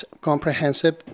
comprehensive